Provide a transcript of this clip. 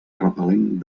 repel·lent